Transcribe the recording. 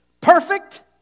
Perfect